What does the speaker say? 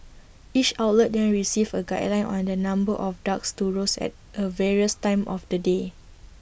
each outlet then receives A guideline on the number of ducks to roast at A various times of the day